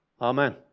Amen